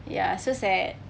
ya so sad